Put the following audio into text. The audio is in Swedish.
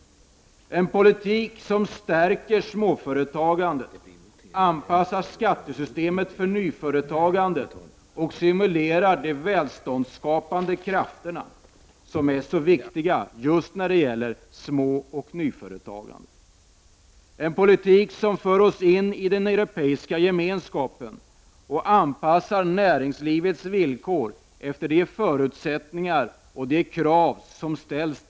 Den måste stärka småföretagandet och anpassa skattesystemet för nyföretagande och därmed stimulera de välståndsskapande krafter som är så viktiga just när det gäller småoch nyföretagande. Den måste föra oss in i den europeiska gemenskapen och anpassa näringslivets villkor till de förutsättningar och krav som ställs.